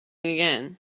again